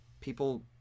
people